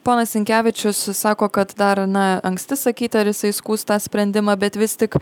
ponas sinkevičius sako kad dar na anksti sakyti ar jisai skųs tą sprendimą bet vis tik